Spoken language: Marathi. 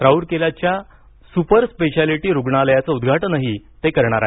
राऊरकेलामधल्या सुपर स्पेशालिटी रुग्णालयाचं उद्घाटनही ते करणार आहेत